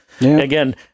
Again